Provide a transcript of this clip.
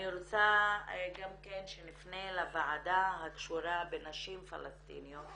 אני רוצה גם כן שנפנה לוועדה הקשורה בנשים פלשתיניות